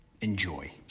Enjoy